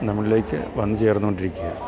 നമ്മളിലേക്കു വന്നു ചേർന്നു കൊണ്ടിരിക്കുകയാണ്